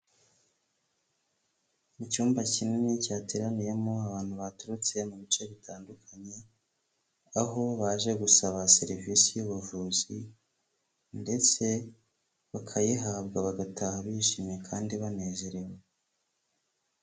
Icyumba kinini, cyateraniyemo abantu baturutse mu bice bitandukanye, aho baje gusaba serivisi y'ubuvuzi, ndetse bakayihabwa. Bagataha bishimye kandi banezerewe.